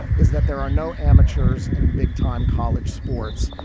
is that there are no amateurs in big time college sports.